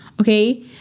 Okay